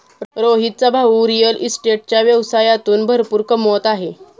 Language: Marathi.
रोहितचा भाऊ रिअल इस्टेटच्या व्यवसायातून भरपूर कमवत आहे